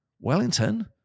Wellington